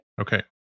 Okay